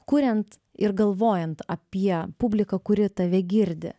kuriant ir galvojant apie publiką kuri tave girdi